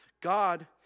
God